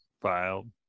filed